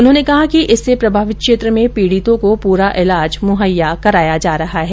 उन्होंने कहा कि इससे प्रभावित क्षेत्र में पीड़ितों को पूरा इलाज मुहैया कराया जा रहा है